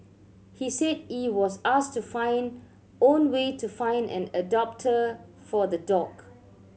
he said he was asked to find own way to find an adopter for the dog